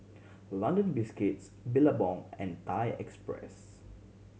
London Biscuits Billabong and Thai Express